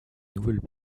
nouvelles